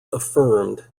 affirmed